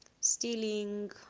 stealing